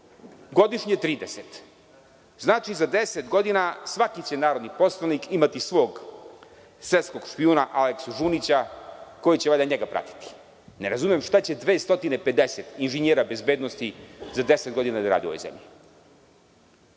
godišnje 30, a za 10 godina, svaki će narodni poslanik imati svog svetskog špijuna Aleksu Žunića koji će valjda njega pratiti. Ne razumem šta će 250 inženjera bezbednosti za 10 godina da rade u ovoj zemlji?